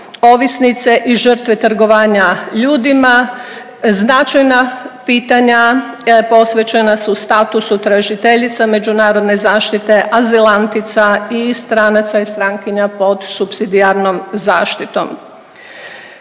ovisnice i žrtve trgovanja ljudima. Značajna pitanja posvećena su statusu tražiteljica međunarodne zaštite, azilantica i stranaca i strankinja pod supsidijarnom zaštitom.